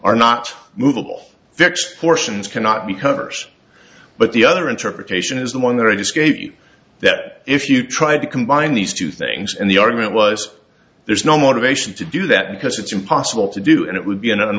are not movable fixed portions cannot be covers but the other interpretation is the one that i just gave you that if you tried to combine these two things and the argument was there's no motivation to do that because it's impossible to do and it would be an